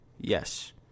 yes